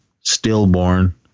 stillborn